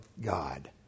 God